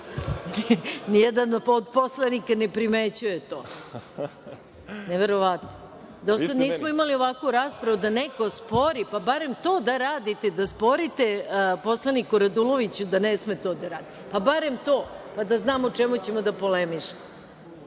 predlog. **Maja Gojković** Neverovatno. Do sada nismo imali ovakvu raspravu, da neko spori, pa barem to da radite, da sporite poslaniku Raduloviću da ne sme to da radi. Barem to, pa da znamo o čemu ćemo da polemišemo.